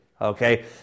okay